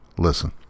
Listen